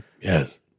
Yes